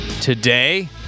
today